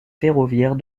ferroviaire